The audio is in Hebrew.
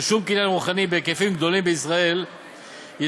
רישום קניין רוחני בהיקפים גדולים בישראל יתרום